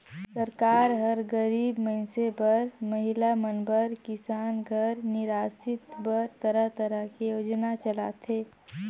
सरकार हर गरीब मइनसे बर, महिला मन बर, किसान घर निरासित बर तरह तरह के योजना चलाथे